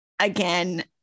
again